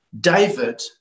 David